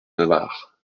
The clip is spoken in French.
navarre